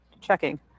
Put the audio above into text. checking